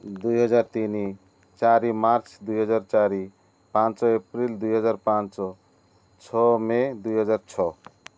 ଦୁଇହଜାର ତିନି ଚାରି ମାର୍ଚ୍ଚ ଦୁଇହଜାର ଚାରି ପାଞ୍ଚ ଏପ୍ରିଲ ଦୁଇହଜାର ପାଞ୍ଚ ଛଅ ମେ ଦୁଇହଜାର ଛଅ